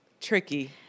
Tricky